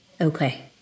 Okay